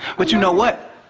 but you know what?